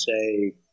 say